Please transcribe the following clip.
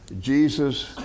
Jesus